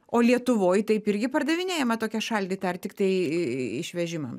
o lietuvoj taip irgi pardavinėjama tokia šaldyta ar tiktai i išvežimam